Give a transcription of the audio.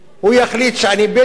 הוא יחליט שאני בדואי,